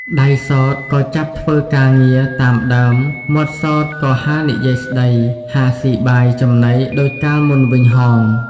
ដៃសោតក៏ចាប់ធ្វើការងារតាមដើម មាត់សោតក៏ហានិយាយស្តី ហាស៊ីបាយចំណីដូចកាលមុនវិញ ហោង ។